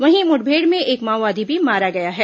वहीं मुठभेड़ में एक माओवादी भी मारा गया है